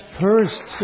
first